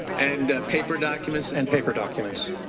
and paper documents? and paper documents?